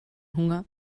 hunger